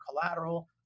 collateral